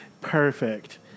Perfect